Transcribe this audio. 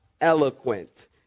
eloquent